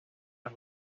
los